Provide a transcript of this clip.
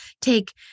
take